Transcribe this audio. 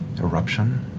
eruption.